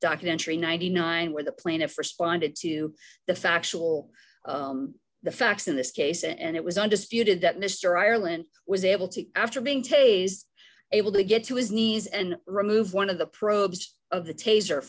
documentary ninety nine dollars where the plaintiff responded to the factual the facts in this case and it was undisputed that mr ireland was able to after being tase able to get to his knees and remove one of the probes of the tas